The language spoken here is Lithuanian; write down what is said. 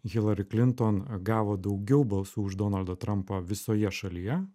hilari klinton gavo daugiau balsų už donaldą trampą visoje šalyje